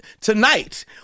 tonight